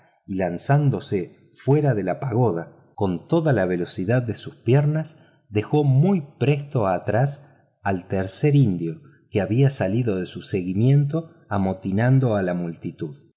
lanzándose fuera de la pagoda con toda la velocidad de sus piernas dejó muy presto atrás al tercer indio que había salido en su seguimiento amotinando a la multitud a